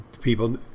People